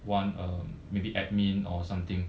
one uh maybe admin or something